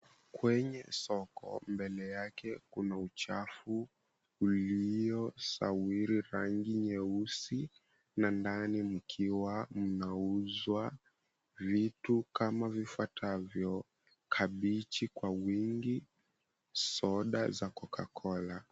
Kwenye soko mbele yake kuna uchafu uliosawiri rangi nyeusi na ndani mkiwa mnauzwa vitu kama vifuatavyo, kabichi kwa wingi, soda za CocaCola.